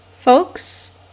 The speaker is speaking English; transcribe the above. Folks